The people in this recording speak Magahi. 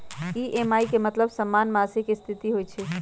ई.एम.आई के मतलब समान मासिक किस्त होहई?